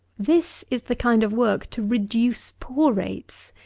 this is the kind of work to reduce poor-rates,